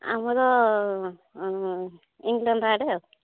ଆମର ଇଂଲଣ୍ଡ ଆଡ଼େ